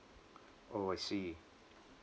oh I see